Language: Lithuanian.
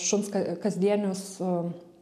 šuns kasdienius